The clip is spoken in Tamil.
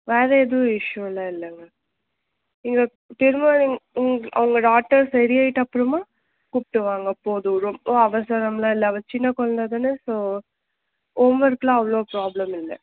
வேறு எதுவும் இஸ்யுலாம் இல்லைங்க இங்கே திரும்ப நீங்கள் உங்கள் டாட்டர் சரி ஆயிட்ட அப்புறமா கூப்பிட்டு வாங்க போதும் ரொம்ப அவசரம் எல்லாம் இல்லை அவ சின்ன குழந்த தானே ஸோ ஹோம் ஒர்க்கு எல்லாம் அவ்வளோ ப்ராப்ளம் இல்லை